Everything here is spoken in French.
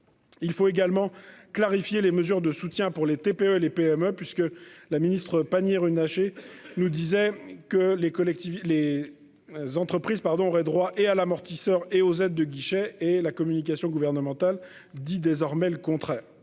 Il faut également clarifier les mesures de soutien pour les TPE, les PME puisque la ministre Pannier-Runacher nous disait que les collectivités les. Entreprises pardon aurait droit et à l'amortisseur et aux aides de guichets et la communication gouvernementale dit désormais le contraire.